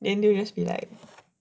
then they just be like